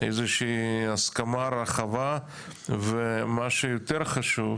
אריאל סממה ואחרייך חבר הכנסת ביטון.